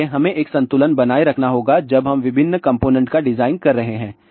इसलिए हमें एक संतुलन बनाए रखना होगा जब हम विभिन्न कंपोनेंट का डिज़ाइन कर रहे हैं